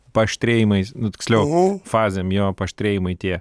paaštrėjimai nu tiksliau fazėm jo paaštrėjimai tie